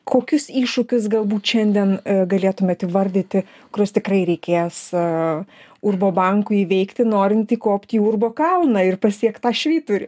kokius iššūkius galbūt šiandien galėtumėt įvardyti kuriuos tikrai reikės a urbo bankui įveikti norint įkopti į urbo kalną ir pasiekt tą švyturį